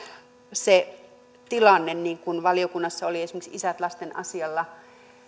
se tilanne niin kuin valiokunnassa oli esimerkiksi isät lasten asialla